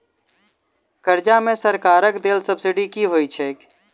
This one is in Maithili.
कर्जा मे सरकारक देल सब्सिडी की होइत छैक?